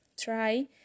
try